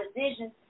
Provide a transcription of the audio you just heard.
decisions